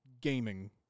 gaming